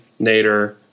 Nader